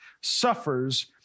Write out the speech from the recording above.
suffers